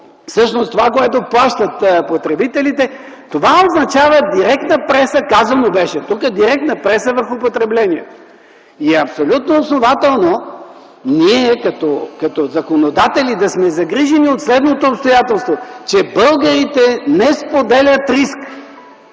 (всъщност това, което плащат потребителите), това означава директна преса, както беше казано тук, върху потреблението. Абсолютно основателно е ние, като законодатели, да сме загрижени от следното обстоятелство – че българите не споделят риск